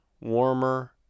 Warmer